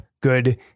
good